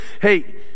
hey